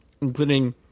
including